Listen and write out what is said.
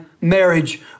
marriage